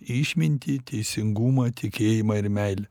išmintį teisingumą tikėjimą ir meilę